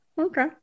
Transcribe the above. Okay